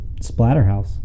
Splatterhouse